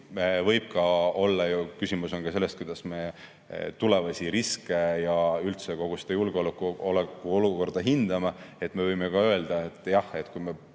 võib ka ju olla, küsimus on selles, kuidas me tulevasi riske ja üldse kogu seda julgeolekuolukorda hindame. Me võime ka öelda, et jah, kui me